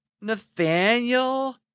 Nathaniel